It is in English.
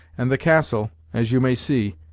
and the castle, as you may see,